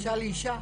אישה לאישה.